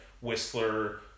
Whistler